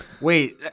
Wait